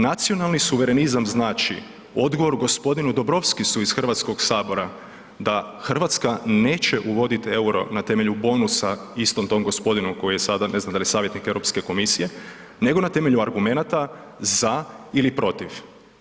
Nacionalni suverenizam znači odgovor g. Dombrovskisu iz Hrvatskoga sabora da Hrvatska neće uvoditi euro na temelju bonusa istom tom gospodinu, koji je sada, ne znam je li savjetnik EU komisije, nego na temelju argumenata za ili protiv.